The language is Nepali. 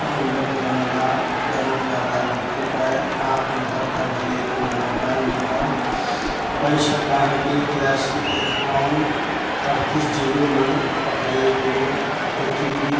डाउन्लोड गर्नलाई गर्नका लागि कृपया आफ्नो दर्ता गरिएको मोबाइल नम्बर पैसठ ब्यानब्बे तिरासी एकाउन अड्तिस जिरोमा पठाइएको ओटिपी